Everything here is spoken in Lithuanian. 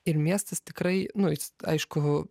ir miestas tikrai nu jis aišku